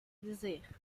dizer